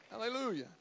Hallelujah